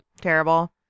terrible